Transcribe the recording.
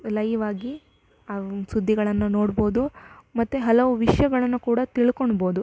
ಲೈವಾಗಿ ಆ ಸುದ್ದಿಗಳನ್ನು ನೋಡ್ಬೋದು ಮತ್ತು ಹಲವು ವಿಷಯಗಳನ್ನ ಕೂಡ ತಿಳ್ಕೊಳ್ಬೋದು